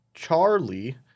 Charlie